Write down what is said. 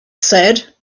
said